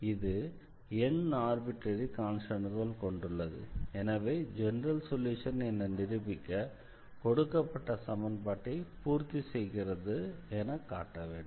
இது n arbitrary கான்ஸ்டண்ட்களை கொண்டுள்ளது எனவே ஜெனரல் சொல்யூஷன் என நிரூபிக்க கொடுக்கப்பட்ட சமன்பாட்டை பூர்த்தி செய்கிறது என காட்ட வேண்டும்